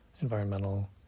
environmental